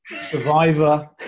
Survivor